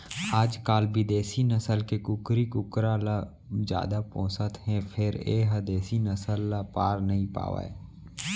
आजकाल बिदेसी नसल के कुकरी कुकरा ल जादा पोसत हें फेर ए ह देसी नसल ल पार नइ पावय